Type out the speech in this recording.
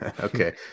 Okay